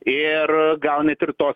ir gal net ir to